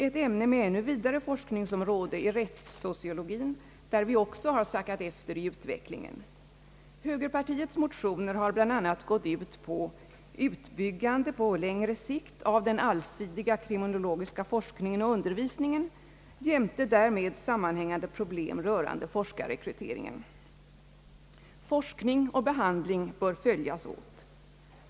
Ett annat ämne där forskningsområdet är ännu vidare är rättssociologin, beträffande vilken vi också har sackat efter i utvecklingen. Högerpartiets motioner har bland annat syftat till utbyggande på längre sikt av den allsidiga kriminologiska forskningen och undervisningen jämte därmed sammanhängande problem rörande forskarrekryteringen. Forskning och behandling bör följas åt.